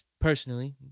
personally